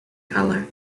color